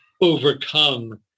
overcome